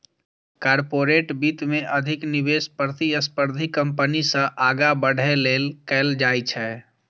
corporate वित्त मे अधिक निवेश प्रतिस्पर्धी कंपनी सं आगां बढ़ै लेल कैल जाइ छै